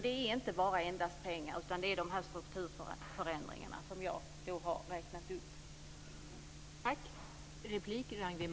Det är inte endast pengar, utan det är de strukturförändringar som jag har räknat upp.